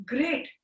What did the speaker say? Great।